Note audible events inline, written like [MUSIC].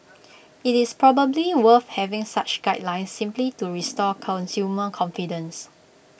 IT is probably worth having such guidelines simply to [NOISE] restore consumer confidence